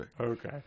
Okay